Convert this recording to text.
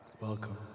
Welcome